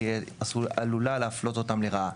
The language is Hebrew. היא עלולה להפלות אותם לרעה.